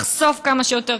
לחשוף כמה שיותר,